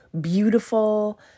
beautiful